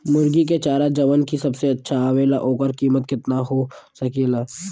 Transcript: मुर्गी के चारा जवन की सबसे अच्छा आवेला ओकर कीमत केतना हो सकेला?